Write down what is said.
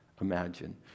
imagine